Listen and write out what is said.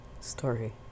story